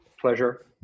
pleasure